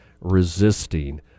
resisting